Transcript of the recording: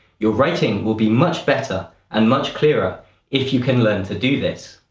your writing will be much better and much clearer if you can learn to do this.